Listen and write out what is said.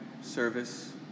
service